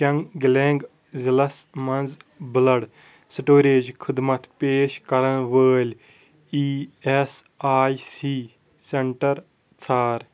چنٛگلینٛگ ضلعس مَنٛز blood storage خدمت پیش کرن وٲلۍ E S I C centre ژھار